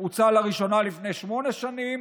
שהוצע לראשונה לפני שמונה שנים,